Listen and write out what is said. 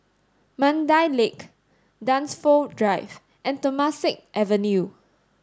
Mandai Lake Dunsfold Drive and Temasek Avenue